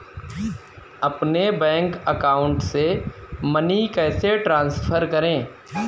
अपने bank account से money कैसे ट्रांसफर करें?